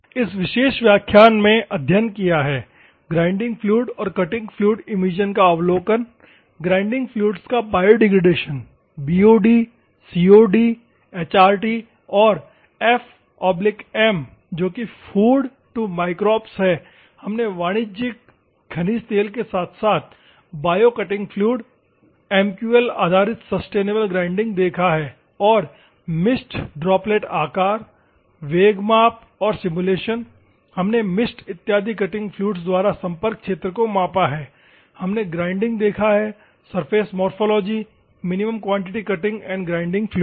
इस विशेष व्याख्यान में अध्ययन किया है ग्राइंडिंग फ्लूइड और कटिंग फ्लूइड इमिशन का अवलोकन ग्राइंडिंग फ्लुइड्स का बायोडिग्रेडेशन BOD COD HRT और f m जो कि फ़ूड टू माइक्रोब्स है हमने वाणिज्यिक खनिज तेल के साथ साथ बायो कटिंग फ्लूइड MQL आधारित सस्टेनेबल ग्राइंडिंग देखा है और मिस्ट ड्रॉपलेट आकार वेग माप और सिमुलेशन हमने मिस्ट इत्यादि कटिंग फ्लुइड्स द्वारा संपर्क क्षेत्र को मापा है हमने ग्राइंडिंग देखा है surface morphology minimum quantity cutting and grinding fluid